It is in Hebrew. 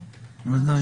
בוודאי.